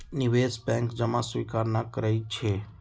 निवेश बैंक जमा स्वीकार न करइ छै